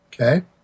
Okay